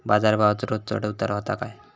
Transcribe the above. बाजार भावात रोज चढउतार व्हता काय?